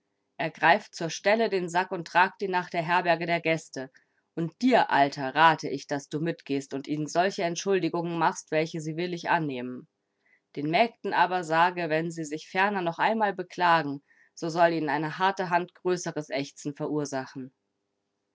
ergreift zur stelle den sack und tragt ihn nach der herberge der gäste und dir alter rate ich daß du mitgehst und ihnen solche entschuldigung machst welche sie willig annehmen den mägden aber sage wenn sie sich ferner noch einmal beklagen so soll ihnen eine harte hand größeres ächzen verursachen